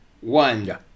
one